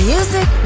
Music